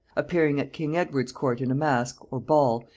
appearing at king edward's court in a mask, or ball,